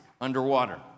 underwater